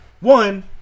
One